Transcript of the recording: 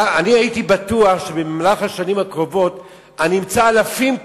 הייתי בטוח שבמהלך השנים הקרובות אני אמצא אלפים כאלה,